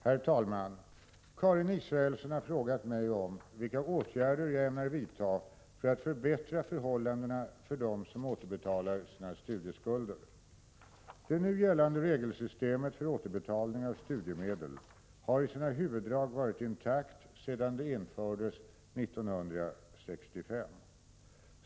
Herr talman! Karin Israelsson har frågat mig om vilka åtgärder jag ämnar vidta för att förbättra förhållandena för dem som återbetalar sina studieskulder. Det nu gällande regelsystemet för återbetalning av studiemedel har i sina huvuddrag varit intakt sedan det infördes 1965.